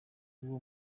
uwo